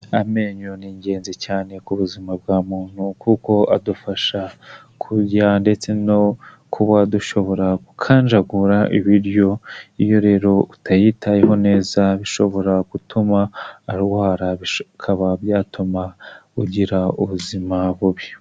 Amenyo ni ingenzi cyane ku buzima bwa muntu kuko adufasha kurya ndetse no kuba dushobora gukanjagura ibiryo, iyo rero utayitayeho neza bishobora gutuma arwara bikaba byatuma ugira ubuzima bubi.